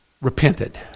repented